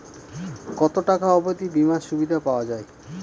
কত টাকা অবধি বিমার সুবিধা পাওয়া য়ায়?